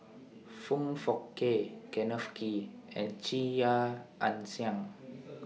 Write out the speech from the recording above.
Foong Fook Kay Kenneth Kee and Chia Ann Siang